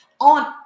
on